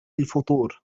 الفطور